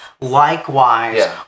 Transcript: likewise